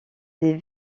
des